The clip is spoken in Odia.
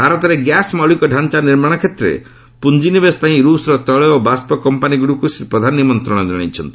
ଭାରତରେ ଗ୍ୟାସ୍ ମୌଳିକଡାଞ୍ଚା ନିର୍ମାଣ କ୍ଷେତ୍ରରେ ପୁଞ୍ଜିନିବେଶ ପାଇଁ ରୁଷ୍ର ତୈଳ ଓ ବାଷ୍ପ କମ୍ପାନୀଗୁଡ଼ିକୁ ଶ୍ରୀ ପ୍ରଧାନ ନିମନ୍ତ୍ରଣ ଜଣାଇଛନ୍ତି